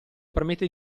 permette